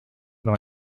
dans